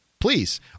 please